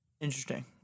Interesting